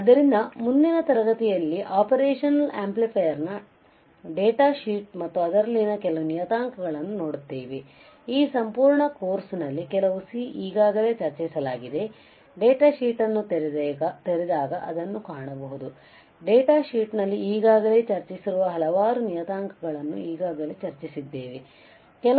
ಆದ್ದರಿಂದ ಮುಂದಿನ ತರಗತಿಯಲ್ಲಿ ಅಪರೇಶನಲ್ ಆಂಪ್ಲಿಫೈಯರ್ನ ಡೇಟಾ ಶೀಟ್ ಮತ್ತು ಅದರಲ್ಲಿನ ಕೆಲವು ನಿಯತಾಂಕಗಳನ್ನು ನೋಡುತ್ತೇವೆ ಈ ಸಂಪೂರ್ಣ ಕೋರ್ಸ್ನಲ್ಲಿ ಕೆಲವು C ಈಗಾಗಲೇ ಚರ್ಚಿಸಲಾಗಿದೆ ಡೇಟಾ ಶೀಟ್ ಅನ್ನು ತೆರೆದಾಗ ಅದನ್ನು ಕಾಣಬಹುದು ಡೇಟಾ ಶೀಟ್ನಲ್ಲಿ ಈಗಾಗಲೇ ಚರ್ಚಿಸಿರುವ ಹಲವಾರು ನಿಯತಾಂಕಗಳನ್ನು ಈಗಾಗಲೇ ಚರ್ಚಿಸಿದ್ದೇವೆ